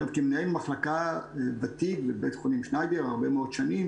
כמנהל מחלקה ותיק בבית חולים שניידר הרבה מאוד שנים